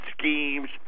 schemes